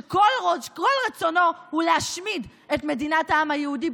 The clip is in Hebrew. שכל רצונו הוא להשמיד את מדינת העם היהודי,